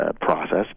process